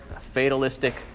fatalistic